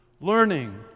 Learning